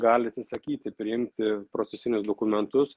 gali atsisakyti priimti procesinius dokumentus